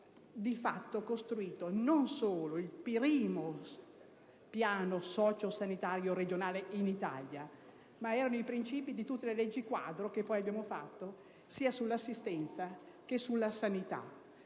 di fatto costruito non solo il primo piano socio-sanitario regionale in Italia ma hanno rappresentato i principi di tutte le leggi-quadro che poi abbiamo emanato sia sull'assistenza che sulla sanità.